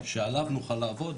שעליו נוכל לעבוד,